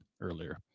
earlier